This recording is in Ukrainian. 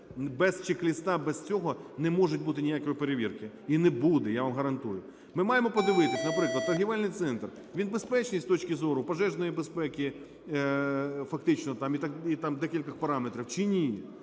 без чек-листа, без цього не може бути ніякої перевірки, і не буде, я вам гарантую. Ми маємо подивитись, наприклад, торгівельний центр, він безпечний з точки зору пожежної безпеки фактично, там, і там декількох параметрів чи ні.